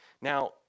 Now